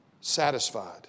satisfied